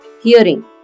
hearing